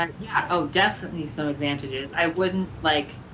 um yeah. oh, definitely some advantages. i wouldn't, like,